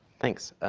thanks.